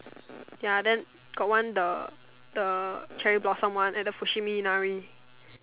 ya then got one the the cherry blossom one and the Fushimi-Inari